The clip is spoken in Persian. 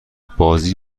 بازی